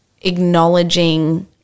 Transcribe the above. acknowledging